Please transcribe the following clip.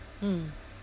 mm